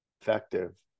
effective